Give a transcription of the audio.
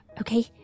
Okay